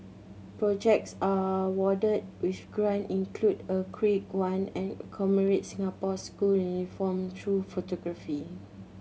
projects are awarded with grant include a quirky one and commemorates Singapore's school uniform through photography